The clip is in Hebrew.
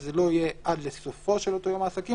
שזה לא יהיה עד לסופו של אותו יום העסקים,